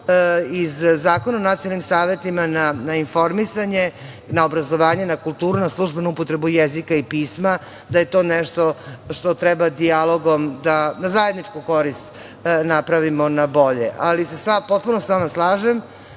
iz Zakona o nacionalnim savetima na informisanje, na obrazovanje, na kulturu, na službenu upotrebu jezika i pisma, da je to nešto što treba dijalogom, da zajednički korist napravimo na bolje. Potpuno se sa vama slažem,